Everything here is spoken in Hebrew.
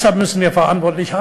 דבר זה מחזק אותי באמונתי שעלינו